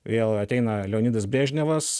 vėl ateina leonidas brežnevas